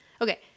okay